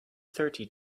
thirty